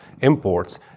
imports